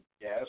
Yes